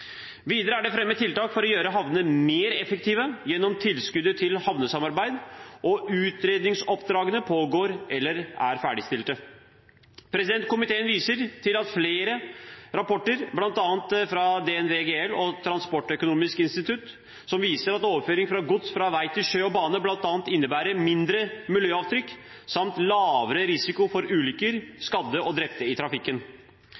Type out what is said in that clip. Videre er det fremmet tiltak for å gjøre havnene mer effektive gjennom tilskuddet til havnesamarbeid, og utredningsoppdragene pågår eller er ferdigstilt. Komiteen viser til at flere rapporter, bl.a. fra DNV-GL og Transportøkonomisk institutt, viser at overføring av gods fra vei til sjø og bane bl.a. innebærer mindre miljøavtrykk samt lavere risiko for